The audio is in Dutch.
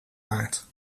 waard